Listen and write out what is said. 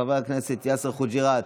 חבר הכנסת יאסר חוג'יראת,